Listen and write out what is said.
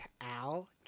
Al